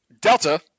Delta